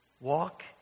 walk